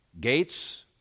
Gates